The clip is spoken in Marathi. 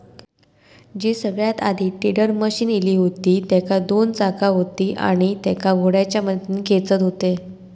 जी सगळ्यात आधी टेडर मशीन इली हुती तेका दोन चाका हुती आणि तेका घोड्याच्या मदतीन खेचत हुते